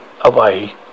away